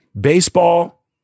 baseball